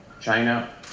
China